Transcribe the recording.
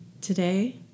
today